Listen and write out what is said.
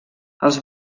els